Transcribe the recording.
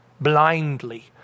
blindly